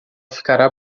ficará